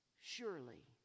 surely